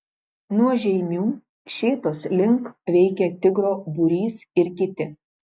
nuo žeimių šėtos link veikė tigro būrys ir kiti